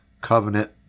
covenant